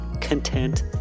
content